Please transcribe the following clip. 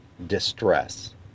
Distress